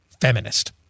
feminist